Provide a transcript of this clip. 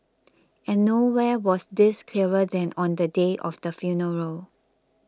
and nowhere was this clearer than on the day of the funeral